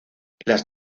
las